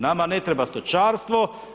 Nama ne treba stočarstvo.